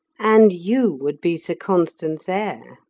and you would be sir constans' heir!